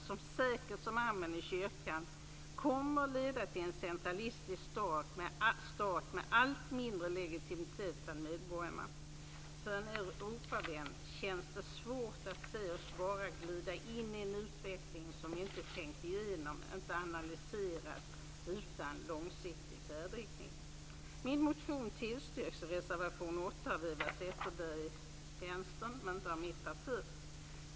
som säkert som amen i kyrkan kommer att leda till en centralistisk stat med allt mindre legitimitet bland medborgarna. För en Europavän känns det svårt att se oss bara glida in i en utveckling som vi inte tänkt igenom, inte analyserat och utan långsiktig färdriktning. Min motion tillstyrks i reservation 8 av Eva Zetterberg från Vänstern men inte av mitt parti.